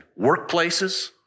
workplaces